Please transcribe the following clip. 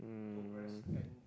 um